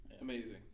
amazing